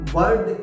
Word